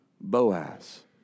Boaz